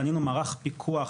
בנינו מערך פיקוח,